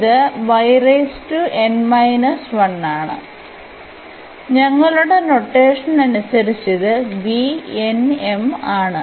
അതിനാൽ ഞങ്ങളുടെ നൊട്ടേഷൻ അനുസരിച്ച് ഇത് ആണ്